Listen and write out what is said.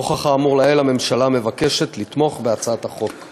נוכח האמור לעיל, הממשלה מבקשת לתמוך בהצעת החוק.